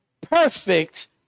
perfect